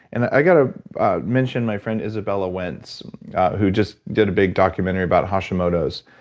and i gotta mention my friend izabella wentz who just did a big documentary about hashimoto's.